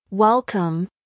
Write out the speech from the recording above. Welcome